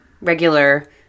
regular